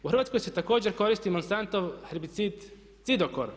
U Hrvatskoj se također koristi Monsantov herbicid cidokor.